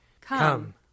Come